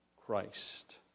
Christ